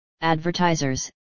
advertisers